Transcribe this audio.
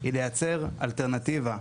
היא לייצר אלטרנטיבה.